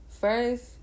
First